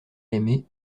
aimer